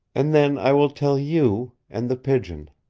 and then i will tell you and the pigeon.